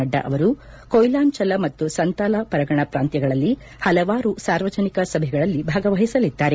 ನಡ್ಡಾ ಅವರು ಕೊಯ್ಲಾಂಚಲ ಮತ್ತು ಸಂತಾಲ ಪರಗಣ ಪ್ರಾಂತ್ಯಗಳಲ್ಲಿ ಹಲವಾರು ಸಾರ್ವಜನಿಕ ಸಭೆಗಳಲ್ಲಿ ಭಾಗವಹಿಸಲಿದ್ದಾರೆ